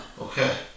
Okay